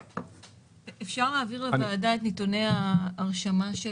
אפשר להעביר לוועדה את נתוני ההרשמה,